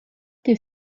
est